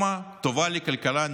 טובה לכלכלה.